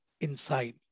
inside